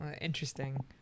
interesting